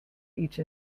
each